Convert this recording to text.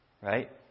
Right